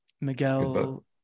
Miguel